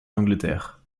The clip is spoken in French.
angleterre